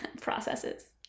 processes